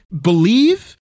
believe